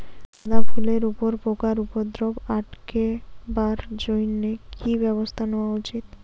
গাঁদা ফুলের উপরে পোকার উপদ্রব আটকেবার জইন্যে কি ব্যবস্থা নেওয়া উচিৎ?